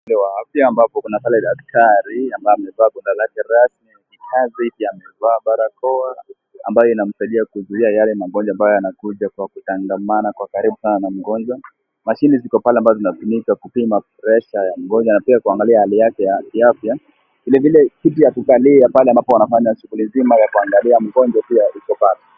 Mhudumu wa afya ambapo kuna pale daktari ambaye amevaa nguo lake rasmi la kazi pia amevaa barakoa ambayo inamsaidia kuziuia yale magonjwa yanakuja baada ya kutangamana kwa karibu sana na mgonjwa . Machine ziko pale ambayo zinatumika kupima presha ya mgonjwa na pia kuangalia hali yake ya kiafya. Vilevile kiti ya kukalia pale ambapo anafanya shughuli mzima ya kuangalia mgonjwa pia iko pale.